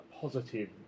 positive